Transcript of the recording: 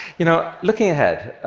you know, looking ahead,